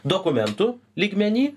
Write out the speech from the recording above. dokumentų lygmeny